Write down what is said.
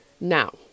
Now